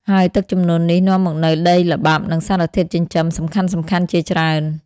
ហើយទឹកជំនន់នេះនាំមកនូវដីល្បាប់ និងសារធាតុចិញ្ចឹមសំខាន់ៗជាច្រើន។